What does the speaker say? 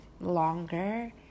longer